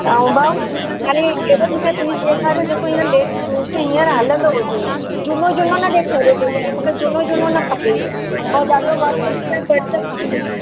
ऐं भाऊ हुन में हाणे हेणी रीते पीस ॾेखारियो जेको हींअर लेटे हींअर हलंदो हुजे झूनो झूनो न ॾेखारियो भैया हीउ मूंखे झूनो झूनो न खपे ऐं ॾाढो वर्क़ में भरचक बि न